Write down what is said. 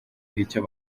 icyo